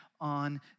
on